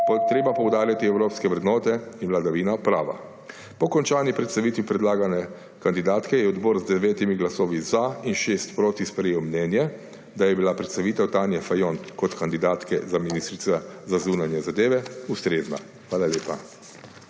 treba poudarjati evropske vrednote in vladavino prava. Po končani predstavitvi predlagane kandidatke je odbor z 9 glasovi za in 6 proti sprejel mnenje, da je bila predstavitev Tanje Fajon kot kandidatke za ministrico za zunanje zadeve ustrezna. Hvala lepa.